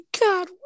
God